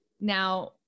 Now